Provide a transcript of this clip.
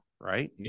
right